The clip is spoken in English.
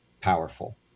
powerful